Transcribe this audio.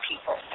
people